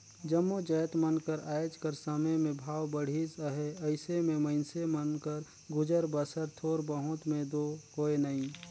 जम्मो जाएत मन कर आएज कर समे में भाव बढ़िस अहे अइसे में मइनसे मन कर गुजर बसर थोर बहुत में दो होए नई